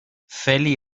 feli